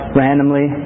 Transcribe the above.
randomly